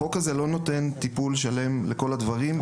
החוק הזה לא נותן טיפול שלם לכל הדברים.